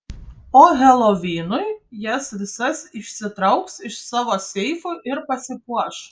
o helovinui jas visas išsitrauks iš savo seifų ir pasipuoš